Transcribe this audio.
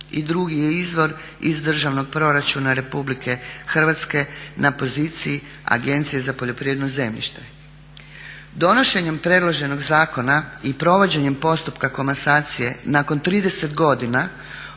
I drugi je izvor iz državnog proračuna Republike Hrvatske na poziciji Agencije za poljoprivredno zemljište. Donošenjem predloženog zakona i provođenjem postupka komasacije nakon 30 godina